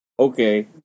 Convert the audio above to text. Okay